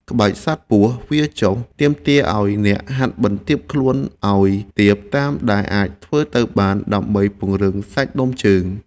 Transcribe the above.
ក្បាច់ សត្វពស់វារចុះ ទាមទារឱ្យអ្នកហាត់បន្ទាបខ្លួនឱ្យទាបតាមដែលអាចធ្វើទៅបាន ដើម្បីពង្រឹងសាច់ដុំជើង។